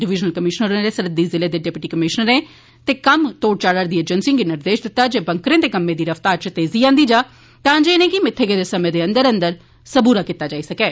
divisional commissioner होरें सरहदी जिलें दे डिप्टी कमिशनरें ते कम्म तोढ़ चाढ़ा करदी एजेंसिएं गी निर्देश दित्ता जे बंकरें दे कम्में दी रफ्तार च तेजी आंदी जा तांजे इनें'गी मित्थे गेदे समें दे अंदर अंदर सबूरा कीता जाई सकै